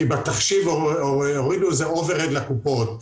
כי בתחשיב הורידו אוברהד לקופות.